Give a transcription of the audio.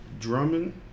Drummond